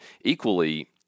equally